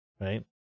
Right